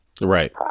Right